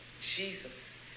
Jesus